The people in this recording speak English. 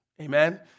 amen